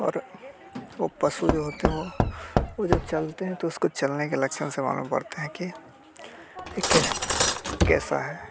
और वो पशु जो होते हैं वो वो जब चलते हैं तो उसको चलने के लक्षण से मालूम पड़ता है कि ये कैस कैसा है